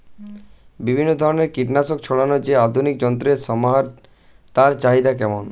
বিভিন্ন ধরনের কীটনাশক ছড়ানোর যে আধুনিক যন্ত্রের সমাহার তার চাহিদা কেমন?